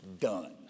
done